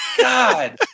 God